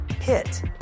hit